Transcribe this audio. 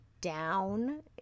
down